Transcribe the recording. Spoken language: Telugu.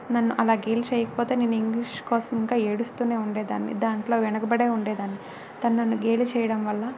నన్ను అలా గేలి చేయకపోతే నేను ఇంగ్లీష్ కోసం ఇంకా ఏడుస్తు ఉండేదాన్ని దాంట్లో వెనుకబడే ఉండేదాన్ని తను నన్ను గేలి చేయడం వల్ల